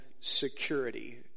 security